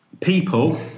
people